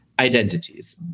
identities